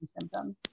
symptoms